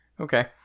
Okay